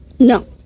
no